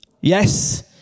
Yes